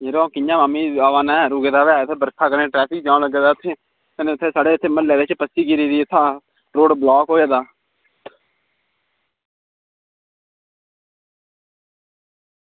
यरो कियां में आवा दा ते ऐ कियां आवां बर्खा ते ट्रैफिक जाम लग्गे दा इत्थें कन्नै साढ़े इत्थें म्हल्लै च बत्ती चली दी इत्थां रोड़ ब्लॉक होए दा